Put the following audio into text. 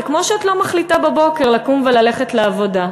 זה כמו שאת לא מחליטה בבוקר לקום וללכת לעבודה.